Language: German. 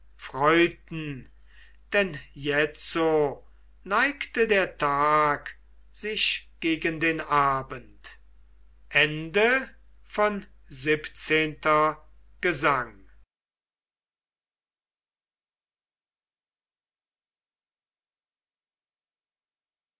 freuten denn jetzo neigte der tag sich gegen den abend xviii gesang